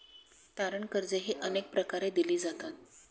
तारण कर्जेही अनेक प्रकारे दिली जातात